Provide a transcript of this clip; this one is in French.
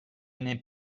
n’est